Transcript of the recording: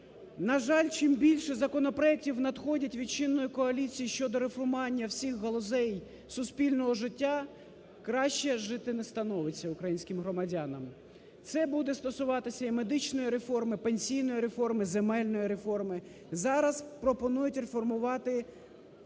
На жаль, чим більше законопроектів надходять від чинної коаліції щодо реформування всіх галузей суспільного життя краще жити не становиться українським громадянам. Це уде стосуватися і медичної реформи, пенсійної реформи, земельної реформи. Зараз пропонують реформувати